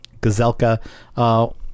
Gazelka